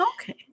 Okay